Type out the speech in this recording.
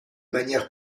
manière